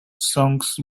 songs